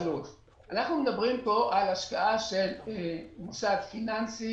על השקעה של מוסד פיננסי